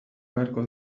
beharko